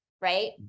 right